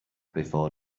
before